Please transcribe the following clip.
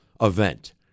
event